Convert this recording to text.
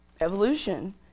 evolution